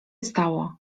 stało